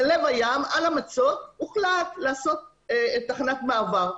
בלב הים, על המצוק, הוחלט לעשות תחנת מעבר.